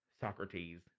socrates